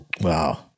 Wow